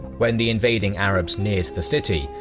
when the invading arabs neared the city,